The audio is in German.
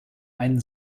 einen